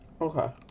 Okay